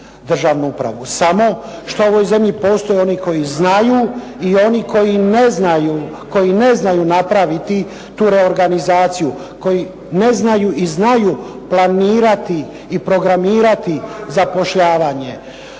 državnu upravu, samo što u ovoj zemlji postoje oni koji znaju i oni koji ne znaju napraviti tu reorganizaciju, koji ne znaju i znaju planirati i programirati zapošljavanje.